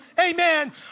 amen